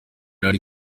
yari